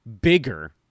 bigger